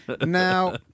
now